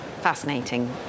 Fascinating